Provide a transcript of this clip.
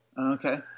okay